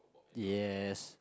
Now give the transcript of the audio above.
yes